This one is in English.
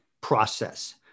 process